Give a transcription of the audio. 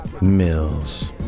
Mills